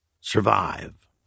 Survive